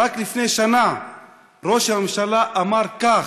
רק לפני שנה ראש הממשלה אמר כך: